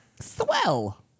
Swell